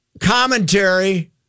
commentary